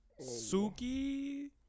Suki